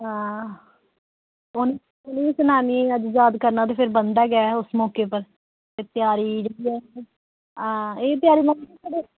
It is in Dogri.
हां उन एह् सेनानियें गी अज्ज याद करना ते बनदा गै ऐ उस मौके पर ते त्यारी जेह्की ऐ एह् त्यारी मतलब कि